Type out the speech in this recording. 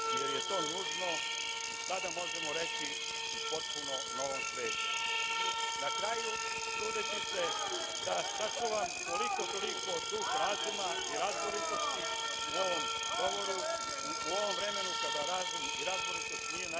jer je to nužno u, sada možemo reći, potpuno novom svetu. Na kraju, trudeći se da sačuvam koliko-toliko duh razuma i razboritosti u ovom mom govoru, u ovom vremenu kada razum i razboritost nije najviše